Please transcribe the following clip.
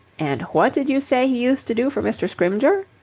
and what did you say he used to do for mr. scrymgeour?